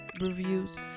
reviews